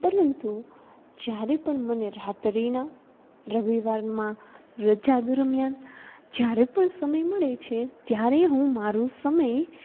પરંતુ જ્યારે પણ મને રાત્રિના રવિવારમાં રજા દરમિયાન જ્યારે પણ સમય મળે છે ત્યારે હું મારું સમય